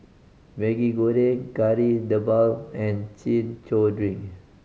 Maggi Goreng Kari Debal and Chin Chow drink